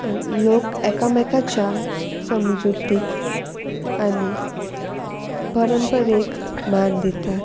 लोक एकामेकाच्या समजुतीक आनी परंपरेक मान दितात